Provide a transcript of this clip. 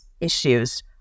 issues